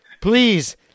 please